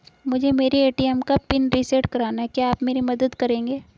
मुझे मेरे ए.टी.एम का पिन रीसेट कराना है क्या आप मेरी मदद करेंगे?